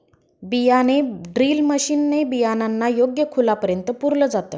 बियाणे drill machine ने बियाणांना योग्य खोलापर्यंत पुरल जात